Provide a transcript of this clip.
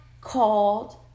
called